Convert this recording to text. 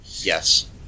Yes